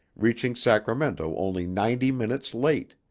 reaching sacramento only ninety minutes late.